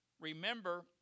Remember